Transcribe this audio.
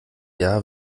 jahr